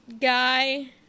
guy